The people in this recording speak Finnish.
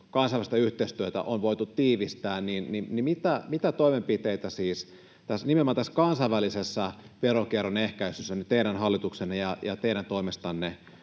kansainvälistä yhteistyötä on voitu tiivistää. Mitä toimenpiteitä siis nimenomaan tässä kansainvälisessä veronkierron ehkäisyssä teidän hallituksenne on laittanut ja teidän toimestanne